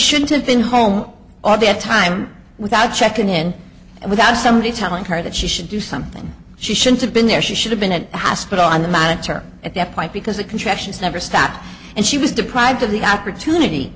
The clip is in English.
should have been home all the time without checking in and without somebody telling her that she should do something she shouldn't have been there she should have been at the hospital on the monitor at that point because the contractions never stopped and she was deprived of the opportunity